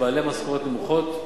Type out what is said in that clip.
לבעלי משכורות נמוכות.